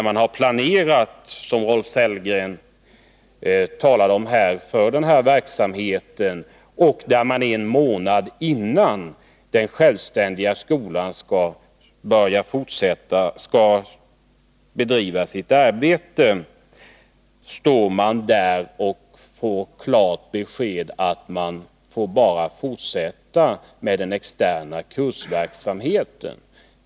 Man har planerat — vilket Rolf Sellgren talade om — för denna nya verksamhet när man då, först en månad innan den självständiga skolan skall starta sitt arbete, får klart besked om att man bara får fortsätta med extern kursverksamhet.